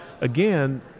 again